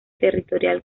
territorial